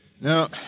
Now